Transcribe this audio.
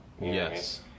Yes